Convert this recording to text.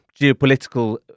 geopolitical